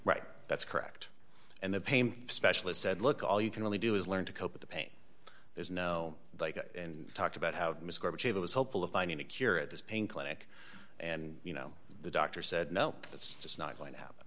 right that's correct and the pain specialist said look all you can really do is learn to cope with the pain there's no like it and talked about how mr gorbachev was hopeful of finding a cure at this pain clinic and you know the doctor said no it's just not going to happen